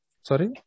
Sorry